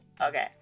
Okay